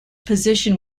position